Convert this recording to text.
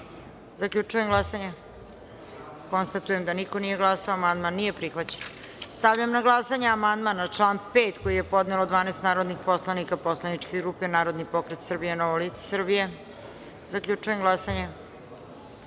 Srbije. Zaključujem glasanje. Konstatujem da niko nije glasao. Amandman nije prihvaćen. Stavljam na glasanje amandman na član 3. koji je podnelo 12 narodnih poslanika poslaničke grupe Narodni pokret Srbije – Novo lice Srbije. Zaključujem